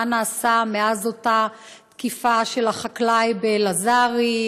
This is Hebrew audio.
מה נעשה מאז אותה תקיפה של החקלאי בבית אלעזרי,